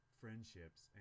friendships